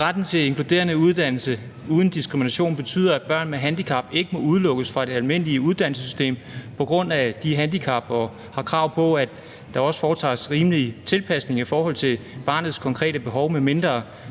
»Retten til inkluderende uddannelse uden diskrimination betyder, at børn med handicap ikke må udelukkes fra det almindelige uddannelsessystem på grund af handicap og har krav på, at der foretages rimelig tilpasning i forhold til barnets konkrete behov, medmindre dette